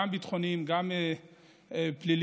גם ביטחוניים וגם פליליים,